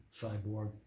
Cyborg